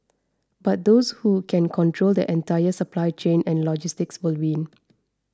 but those who can control the entire supply chain and logistics will win